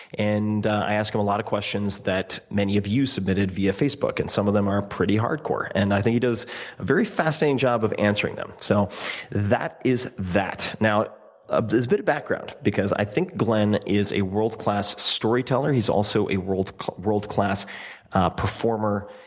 and i ask him a lot of questions that many of you submitted via facebook, and some of them are pretty hardcore. and i think he does a very fascinating job of answering them. so that is that. now, there's a bit of background because i think glenn is a world class storyteller. he's also a world world class performer,